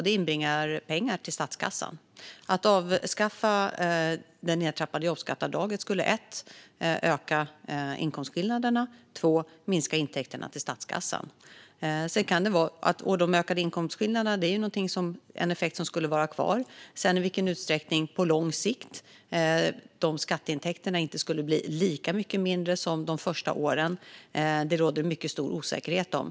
Det inbringar pengar till statskassan. Att avskaffa det nedtrappade jobbskatteavdraget skulle öka inkomstskillnaderna minska intäkterna till statskassan. De ökade inkomstskillnaderna är en effekt som skulle vara kvar. I vilken utsträckning skatteintäkterna inte skulle bli lika mycket mindre på lång sikt som under de första åren råder det mycket stor osäkerhet om.